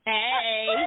Hey